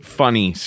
funny